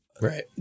Right